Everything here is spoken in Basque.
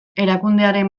erakundearen